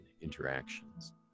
interactions